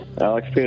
Alex